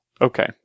Okay